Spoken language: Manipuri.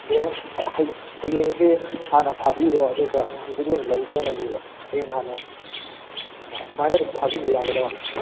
ꯑꯗꯣ ꯍꯌꯦꯡꯁꯦ ꯍꯥꯟꯅ ꯐꯥꯕꯤꯔꯣ ꯑꯗꯨꯒ ꯍꯪꯆꯤꯠ ꯑꯣꯏꯅ ꯂꯧꯖꯔꯒꯦꯕ ꯍꯌꯦꯡ ꯍꯥꯟꯅ ꯑꯗꯨꯃꯥꯏꯅ ꯑꯗꯨꯝ ꯐꯥꯕꯤꯕ ꯌꯥꯒꯗꯧꯔꯥ